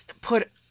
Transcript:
put